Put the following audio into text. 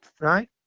Right